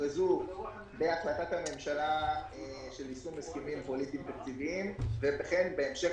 שהוכרזו בהחלטת הממשלה של יישום הסכמים פוליטיים תקציביים וכן בהמשך